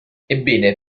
ebbene